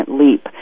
leap